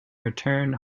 return